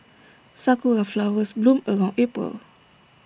Sakura Flowers bloom around April